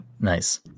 Nice